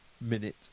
minute